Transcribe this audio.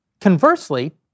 Conversely